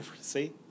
see